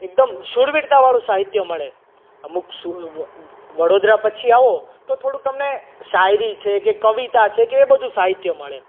એકદમ શુરવીરતાવાળું સાહિત્ય મળે અમુક વડોદરા પછી આવો તો થોડુંક તમને શાયરી છે કે કવિતા છે કે એ બધું સાહિત્ય મળે